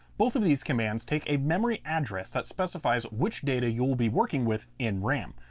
both of these commands take a memory address that specifies which data you will be working with in ram.